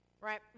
right